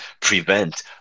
prevent